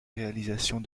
réalisations